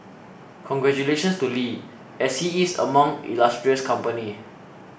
congratulations to Lee as he is among illustrious company